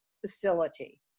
facility